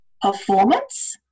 performance